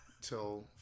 till